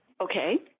Okay